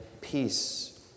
peace